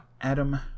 Adam